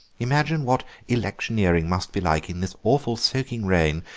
imagine what electioneering must be like in this awful soaking rain,